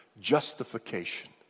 justification